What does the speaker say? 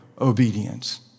obedience